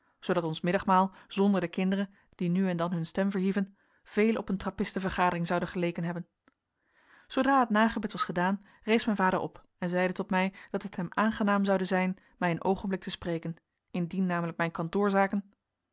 zoodat ons middagmaal zonder de kinderen die nu en dan hun stem verhieven veel op een trappisten vergadering zoude geleken hebben zoodra het nagebed was gedaan rees mijn vader op en zeide tot mij dat het hem aangenaam zoude zijn mij een oogenblik te spreken indien namelijk mijn